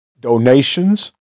donations